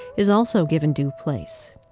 is also given due place,